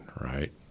right